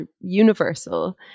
universal